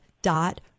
dot